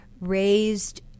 Raised